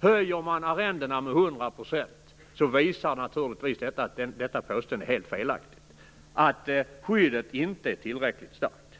Höjer man arrendena med 100 %, visar detta naturligtvis att ett sådant påstående är helt felaktigt och att skyddet inte är tillräckligt starkt.